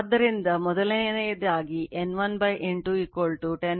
ಆದ್ದರಿಂದ ಮೊದಲನೆಯದಾಗಿ N1 N2 101 10 ಆಗಿದೆ